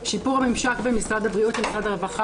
שיפור הממשק בין משרד הבריאות למשרד הרווחה